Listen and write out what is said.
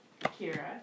Kira